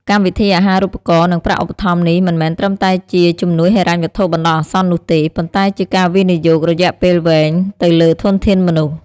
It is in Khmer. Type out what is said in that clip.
កម្មវិធីអាហារូបករណ៍ និងប្រាក់ឧបត្ថម្ភនេះមិនមែនត្រឹមតែជាជំនួយហិរញ្ញវត្ថុបណ្ដោះអាសន្ននោះទេ ប៉ុន្តែជាការវិនិយោគរយៈពេលវែងទៅលើធនធានមនុស្ស។